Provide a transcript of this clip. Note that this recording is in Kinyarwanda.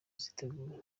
ziteguye